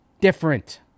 different